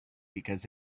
because